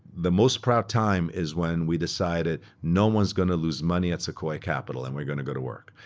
the most proud time is when we decide it no one s going to lose money at sequoia capital and we're going to go to work.